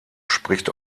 spricht